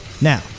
Now